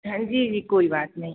हाँ जी जी कोई बात नहीं